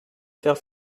faire